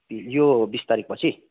यो बिस तारिकपछि